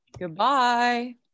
Goodbye